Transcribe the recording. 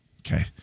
Okay